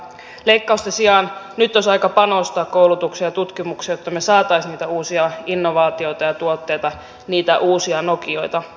leikkausten sijaan nyt olisi aika panostaa koulutukseen ja tutkimukseen jotta me saisimme niitä uusia innovaatioita ja tuotteita niitä uusia nokioita